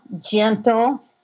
gentle